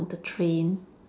on the train